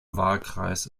wahlkreis